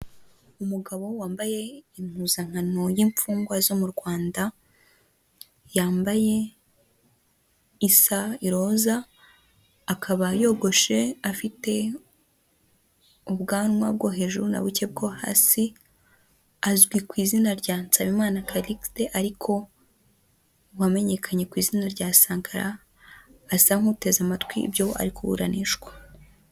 Umugabo wambaye impuzankano y'imfungwa zo mu Rwanda yambaye, isa iroza, akaba yogoshe, afite ubwanwa bwo hejuru na buke bwo hasi, azwi ku izina rya Nsabimana Karisiti, ariko wamenyekanye ku izina rya Sankara, asa nk'uteze amatwi ibyo ari kuburanishwa.